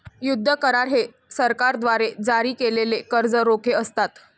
युद्ध करार हे सरकारद्वारे जारी केलेले कर्ज रोखे असतात